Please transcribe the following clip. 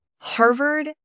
Harvard